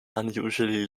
unusually